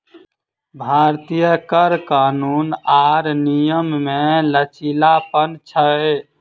भारतीय कर कानून आर नियम मे लचीलापन छै